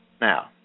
Now